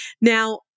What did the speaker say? Now